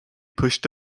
pushed